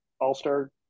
All-Star